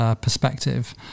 perspective